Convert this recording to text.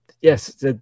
Yes